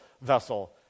vessel